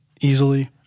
easily